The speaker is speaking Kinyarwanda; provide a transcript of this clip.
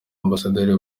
ambasaderi